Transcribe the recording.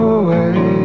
away